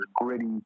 gritty